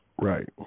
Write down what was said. Right